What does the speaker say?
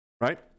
Right